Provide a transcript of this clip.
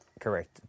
correct